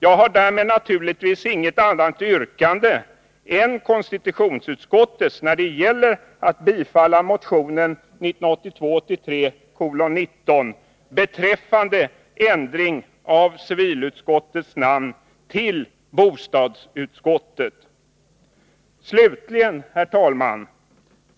Jag har därför naturligtvis inget annat yrkande än konstitutionsutskottets, som innebär bifall till motionen 1982/83:19 beträffande ändring av civilutskottets namn till bostadsutskottet. Herr talman!